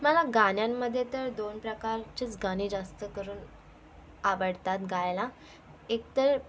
मला गाण्यांमध्ये तर दोन प्रकारचेच गाणे जास्त करून आवडतात गायला एक तर